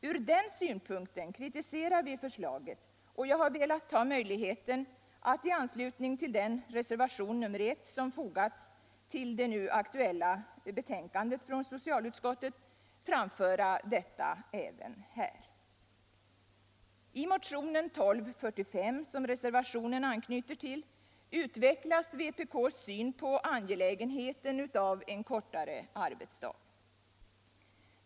Från den synpunkten kritiserar vi förslaget, och jag har velat ta möjligheten att i anslutning till den reservation nr I som fogats till det nu aktuella betänkandet från socialutskottet framföra detta även här. I motionen 1245, som reservationen anknyter till, utvecklas vpk:s syn på angelägenheten av en kortare arbetstid.